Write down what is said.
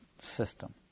system